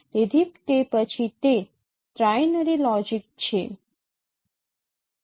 તેથી તે પછી તે ટ્રાઇનરી લોજિક છે